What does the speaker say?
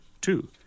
Two